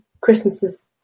Christmases